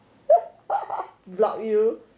block you